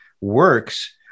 works